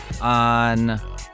on